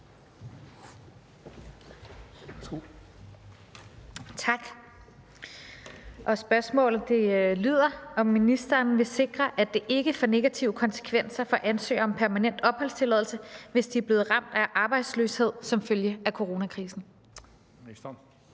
(EL): Spørgsmålet lyder: Vil ministeren sikre, at det ikke får negative konsekvenser for ansøgere om permanent opholdstilladelse, hvis de er blevet ramt af arbejdsløshed som følge af coronakrisen?